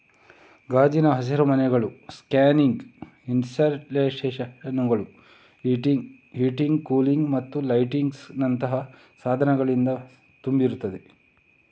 ಗಾಜಿನ ಹಸಿರುಮನೆಗಳು ಸ್ಕ್ರೀನಿಂಗ್ ಇನ್ಸ್ಟಾಲೇಶನುಳು, ಹೀಟಿಂಗ್, ಕೂಲಿಂಗ್ ಮತ್ತು ಲೈಟಿಂಗಿನಂತಹ ಸಾಧನಗಳಿಂದ ತುಂಬಿರುತ್ತವೆ